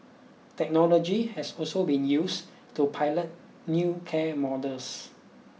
technology has also been used to pilot new care models